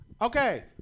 Okay